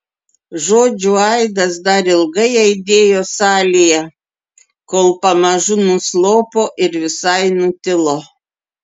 žodžių aidas dar ilgai aidėjo salėje kol pamažu nuslopo ir visai nutilo